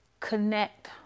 connect